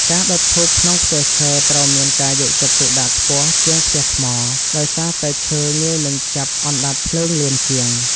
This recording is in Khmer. ការដុតធូបក្នុងផ្ទះឈើត្រូវមានការយកចិត្តទុកដាក់ខ្ពស់ជាងផ្ទះថ្មដោយសារតែឈើងាយនឹងចាប់អណ្តាតភ្លើងលឿនជាង។